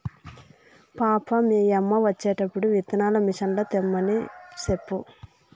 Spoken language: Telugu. పాపా, మీ యమ్మ వచ్చేటప్పుడు విత్తనాల మిసన్లు తెమ్మని సెప్పు